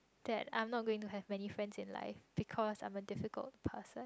that I'm not going to have many friends in life because I'm a difficult person